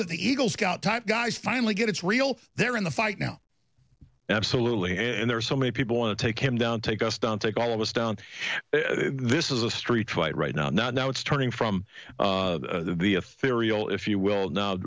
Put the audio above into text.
that the eagle scout type guys finally get it's real they're in the fight now absolutely and there are so many people want to take him down take us down take all of us down this is a street fight right now now it's turning from the a ferial if you will